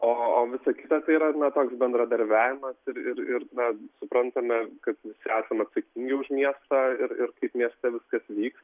o o visa kita tai yra na toks bendradarbiavimas ir ir ir na suprantame kad visi esame atsakingi už miestą ir ir kaip mieste viskas vyks